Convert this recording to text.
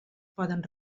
poden